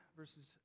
verses